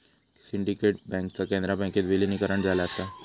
syndicate बँकेचा कॅनरा बँकेत विलीनीकरण झाला असा